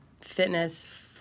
fitness